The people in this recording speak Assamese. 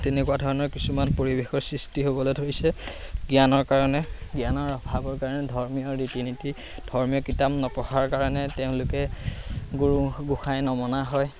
তেনেকুৱা ধৰণৰ কিছুমান পৰিৱেশৰ সৃষ্টি হ'বলৈ ধৰিছে জ্ঞানৰ কাৰণে জ্ঞানৰ অভাৱৰ কাৰণে ধৰ্মীয় ৰীতি নীতি ধৰ্মীয় কিতাপ নপঢ়াৰ কাৰণে তেওঁলোকে গুৰু গোঁসাই নমনা হয়